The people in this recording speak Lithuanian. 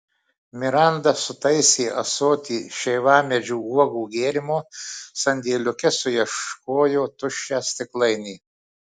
miranda sutaisė ąsotį šeivamedžių uogų gėrimo sandėliuke suieškojo tuščią stiklainį